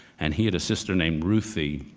and he had a sister named ruthie,